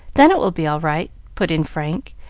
then it will be all right, put in frank,